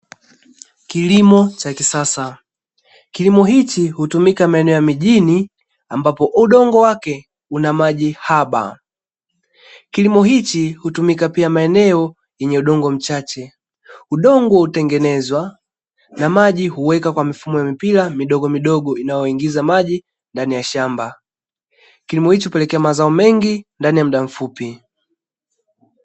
Kilimo cha kisasa; kilimo hichi hutumika maeneo ya mijini ambapo udongo wake una maji haba. Kilimo hichi hutumika pia maeneo yenye udongo mchache, udongo hutengenezwa na maji huweka kwa mifumo ya mipira midogo midogo inayoingiza maji ndani ya shamba, kilimo hichi pelekea mazao mengi ndani ya muda mfupi.